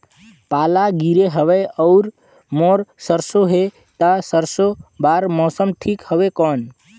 पाला गिरे हवय अउर मोर सरसो हे ता सरसो बार मौसम ठीक हवे कौन?